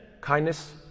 kindness